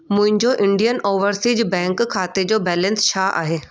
मुंहिंजो Indian Overseas Bank खाते जो बैलेंस छा आहे